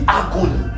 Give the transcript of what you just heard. agony